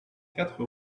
quatre